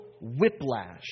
whiplash